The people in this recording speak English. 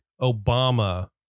Obama